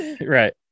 right